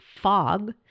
fog